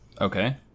Okay